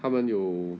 他们有